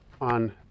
on